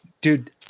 Dude